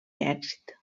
èxit